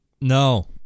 No